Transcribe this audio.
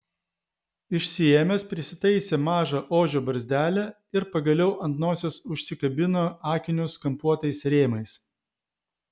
išsiėmęs prisitaisė mažą ožio barzdelę ir pagaliau ant nosies užsikabino akinius kampuotais rėmais